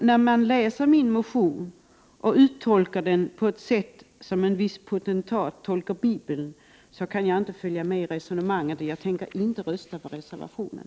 När man läser min motion och tolkar den på ett sätt som en viss potentat tolkar Bibeln kan jag inte följa med i resonemanget, och jag tänker inte rösta för reservationen.